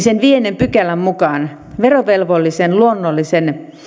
sen viidennen pykälän mukaan verovelvollisen luonnollisen